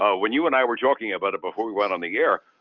ah when you and i were talking about it before we went on the air,